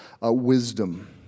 wisdom